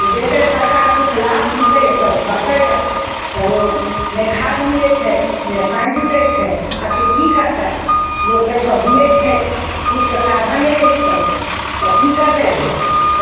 ओ देतै सरकार किछु लाभ मिलतै रहै तब ओ करतै रहै तब ओ नहि खाद मिलै छै नहि पानि जुटै छै आखिर कि करतै लोक कएसहुँ जिए छै किछुके साधने नहि छै तब कि करतै लोक